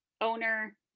owner